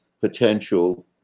potential